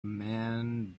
man